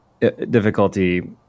Difficulty